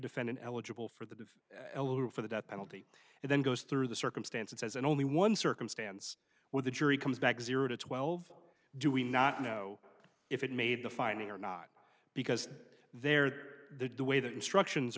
defendant eligible for the for the death penalty and then goes through the circumstances as an only one circumstance where the jury comes back zero to twelve do we not know if it made the finding or not because there the way the instructions